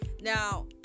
Now